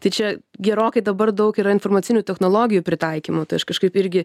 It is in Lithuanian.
tai čia gerokai dabar daug yra informacinių technologijų pritaikymo tai aš kažkaip irgi